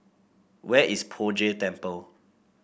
where is Poh Jay Temple